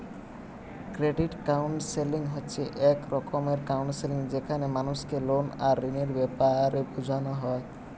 credit counselling হচ্ছে এক রকমের কাউন্সেলিং যেখানে মানুষকে লোন আর ঋণের বেপারে বুঝানা হয়